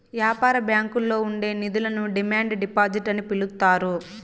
యాపార బ్యాంకుల్లో ఉండే నిధులను డిమాండ్ డిపాజిట్ అని పిలుత్తారు